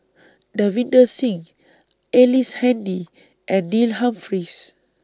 Davinder Singh Ellice Handy and Neil Humphreys